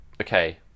okay